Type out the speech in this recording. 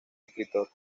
escritor